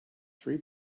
three